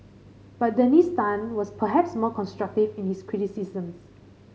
but Dennis Tan was perhaps more constructive in his criticisms